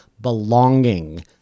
belonging